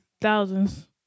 Thousands